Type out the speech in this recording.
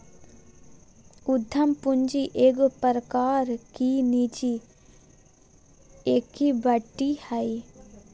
उद्यम पूंजी एगो प्रकार की निजी इक्विटी हइ